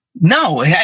No